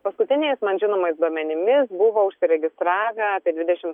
paskutiniais man žinomais duomenimis buvo užsiregistravę apie dvidešim